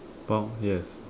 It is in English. pork yes